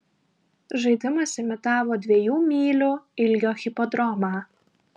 žaidimas imitavo dviejų mylių ilgio hipodromą